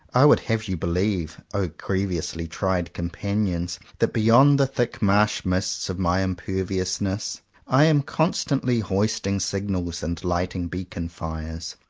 i would have you believe, o grievously tried companions, that beyond the thick marshmists of my imperviousness i am constantly hoisting signals and light ing beacon-fires.